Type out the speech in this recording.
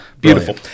beautiful